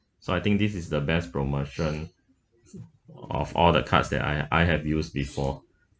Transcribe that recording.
so I think this is the best promotion of all the cards that I I have used before